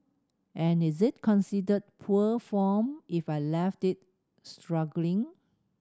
and is it considered poor form if I left it struggling